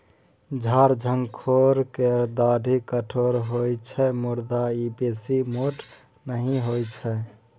झार झंखोर केर डाढ़ि कठोर होइत छै मुदा ई बेसी मोट नहि होइत छै